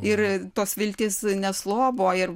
ir tos viltys neslobo ir